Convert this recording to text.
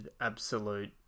absolute